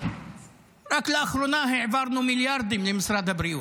רק לאחרונה העברנו מיליארדים למשרד הבריאות.